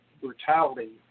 brutality